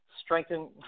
Strengthen